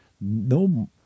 No